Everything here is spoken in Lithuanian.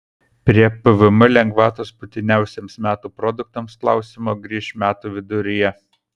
prie pvm lengvatos būtiniausiems metų produktams klausimo grįš metų viduryje